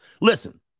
Listen